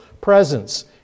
presence